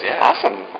Awesome